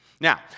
Now